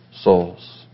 souls